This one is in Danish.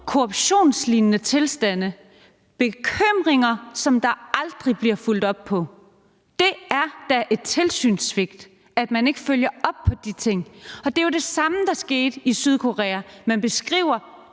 korruptionslignende tilstande og bekymringer, som der aldrig bliver fulgt op på. Det er da et tilsynssvigt, at man ikke følger op på de ting. Og det er jo det samme, der skete i Sydkorea. Man beskriver